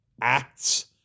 acts